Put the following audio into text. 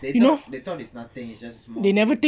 they thought they thought is nothing it's just small thing